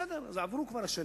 בסדר, השנים כבר עברו.